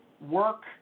work